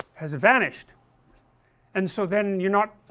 has vanished and so then, you're not,